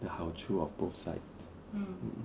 the 好处 of both sides